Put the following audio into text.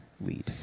lead